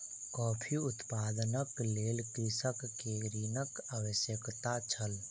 coffee उत्पादनक लेल कृषक के ऋणक आवश्यकता छल